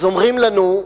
אז אומרים לנו: